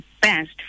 best